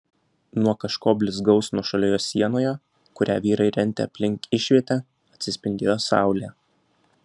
nuo kažko blizgaus nuošalioje sienoje kurią vyrai rentė aplink išvietę atsispindėjo saulė